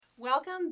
Welcome